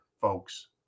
folks